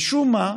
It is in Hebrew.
משום מה,